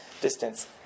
distance